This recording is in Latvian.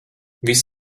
viss